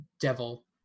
devil